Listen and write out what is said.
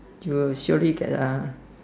you will surely get a